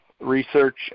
research